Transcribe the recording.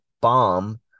bomb